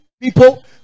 people